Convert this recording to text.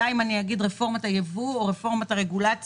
די אם אני אגיד רפורמת הייבוא או רפורמת הרגולציה